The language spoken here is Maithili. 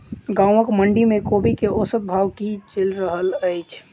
गाँवक मंडी मे कोबी केँ औसत भाव की चलि रहल अछि?